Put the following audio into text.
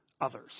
others